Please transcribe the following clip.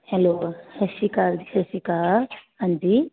hello ਸਤਿ ਸ਼੍ਰੀ ਅਕਾਲ ਜੀ ਸਤਿ ਸ਼੍ਰੀ ਅਕਾਲ ਹਾਂਜੀ